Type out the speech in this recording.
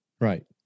Right